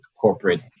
corporate